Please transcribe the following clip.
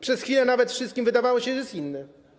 Przez chwilę nawet wszystkim wydawało się, że jest inny.